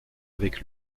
avec